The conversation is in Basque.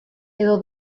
edo